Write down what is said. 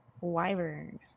Wyvern